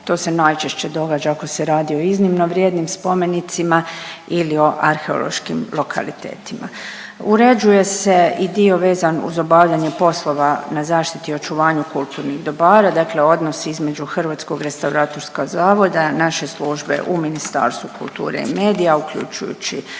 To se najčešće događa ako se radi o iznimno vrijednim spomenicima ili o arheološkim lokalitetima. Uređuje se i dio vezan uz obavljanje poslova na zaštiti i očuvanju kulturnih dobara, dakle odnos između Hrvatskog restauratorskog zavoda i naše službe u Ministarstvu kulture i medija uključujući